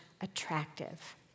attractive